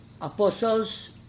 apostles